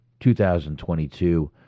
2022